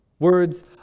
Words